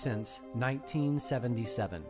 sense nineteen seventy seven